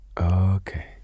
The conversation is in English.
Okay